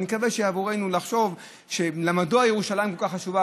אני מקווה שעבורנו לחשוב מדוע ירושלים כל כך חשובה,